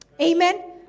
Amen